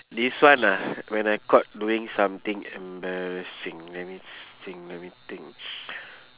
this one ah when I caught doing something embarrassing let me think let me think